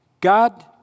God